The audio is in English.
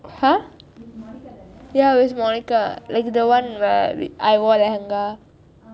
!huh! ya with monica like the one where I wore the hangar